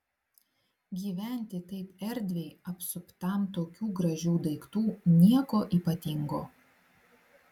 gyventi taip erdviai apsuptam tokių gražių daiktų nieko ypatingo